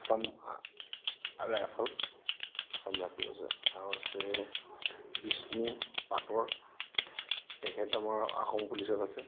Assam Rifle Assam Rifle আছে আৰু আছে বিষ্ণু পাটৰ তেখেত আমাৰ অসম পুলিচত আছে